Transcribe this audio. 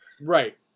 Right